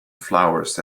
flowers